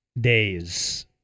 days